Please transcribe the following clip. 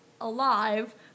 alive